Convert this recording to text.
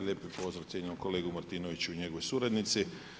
Lijepi pozdrav cijenjenom kolegi Martinoviću i njegovoj suradnici.